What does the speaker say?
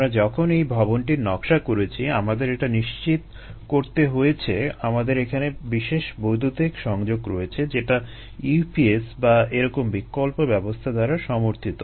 আমরা যখন এই ভবনটির নকশা করেছি আমাদের এটা নিশ্চিত করতে হয়েছে আমাদের এখানে বিশেষ বৈদ্যুতিক সংযোগ রয়েছে যেটা ইউপিএস বা এরকম বিকল্প ব্যবস্থা দ্বারা সমর্থিত